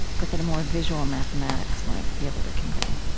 but that a more visual mathematics might be able to convey